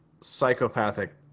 psychopathic